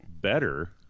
better